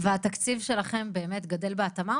והתקציב שלכם באמת גדל בהתאמה,